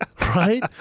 Right